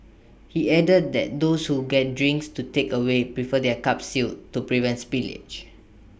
he added that those who get drinks to takeaway prefer their cups sealed to prevent spillage